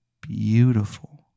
beautiful